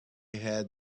had